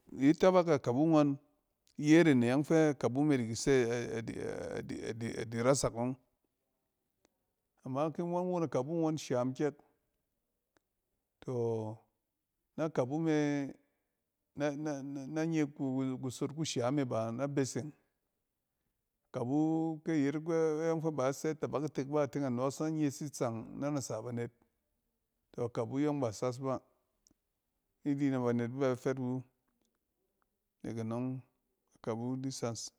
Idi tabak akabu ngɔn, iye iren e ɔng fɛ akabu me diki sɛ adi rasak ɔng. Ama ki ngɔn won akabu ngɔn sham kyɛk, tɔ, na kabu me, na-nɛ nɛ nye kuwul kusot kushaam e ba na beseng. Kabu kyɛ yet ayɔng fɛ ba asɛ itabak itek ba ateng anɔɔs na nyes itsang nanasa banet. To kabu yɔng ba sas ba, ni di nɛ banet bɛ ba fɛt iwu-nek anɔng, akabu di sas.